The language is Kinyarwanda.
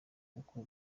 uko